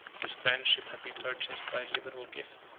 whose friendship had been purchased by liberal gift,